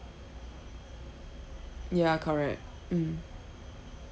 ya correct mm